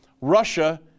Russia